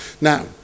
Now